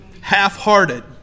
half-hearted